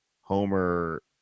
homer